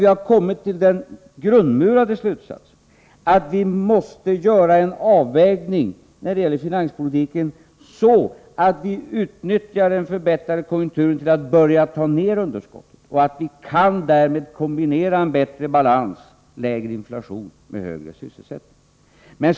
Vi har kommit till den grundmurade slutsatsen att vi måste göra en avvägning när det gäller finanspolitiken, så att vi utnyttjar den förbättrade konjunkturen till att börja ta ner underskottet och därmed kombinera bättre balans, lägre inflation, med högre sysselsättning.